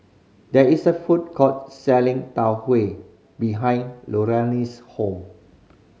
there is a food court selling Tau Huay behind Luann's hall